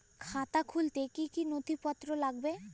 খাতা খুলতে কি কি নথিপত্র লাগবে?